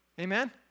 Amen